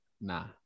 Nah